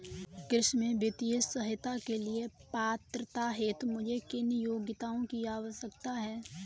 कृषि में वित्तीय सहायता के लिए पात्रता हेतु मुझे किन योग्यताओं की आवश्यकता है?